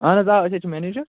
اَہن حظ آ أسی حظ چھِ مٮ۪نیجر